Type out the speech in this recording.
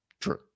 true